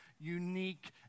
unique